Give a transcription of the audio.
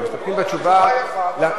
אז אין הצבעה נוספת,